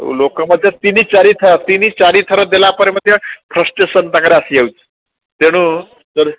ଲୋକ ମତେ ତିନି ଚାରି ଥର ତିନି ଚାରି ଥର ଦେଲା ପରେ ମଧ୍ୟ ଫ୍ରଷ୍ଟେସନ ତାଙ୍କର ଆସିଯାଉଛି ତେଣୁ